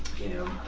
you know,